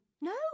No